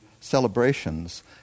celebrations